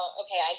okay